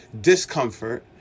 discomfort